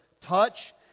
touch